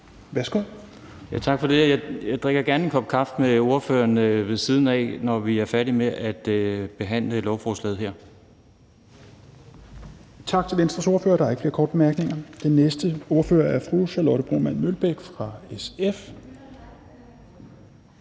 (V): Tak for det. Jeg drikker gerne en kop kaffe med spørgeren her ved siden af, når vi er færdige med at behandle lovforslaget her. Kl. 10:32 Fjerde næstformand (Rasmus Helveg Petersen): Tak til Venstres ordfører. Der er ikke flere korte bemærkninger. Den næste ordfører er fru Charlotte Broman Mølbæk fra SF.